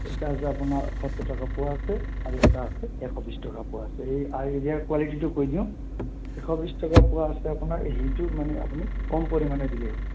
এটা আছে আপোনাৰ সত্তৰ টকা পোৱা আছে আৰু এটা আছে এশ বিছ টকা পোৱা আছে এই ইয়াৰ কোৱালিটিতো কৈ দিওঁ এশ বিছ টকা পোৱা আছে আপোনাৰ সেইটো মানে আপুনি কম পৰিমাণে দিলে হ'ল